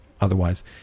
otherwise